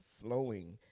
flowing